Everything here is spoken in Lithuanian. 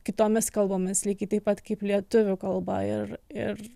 kitomis kalbomis lygiai taip pat kaip lietuvių kalba ir ir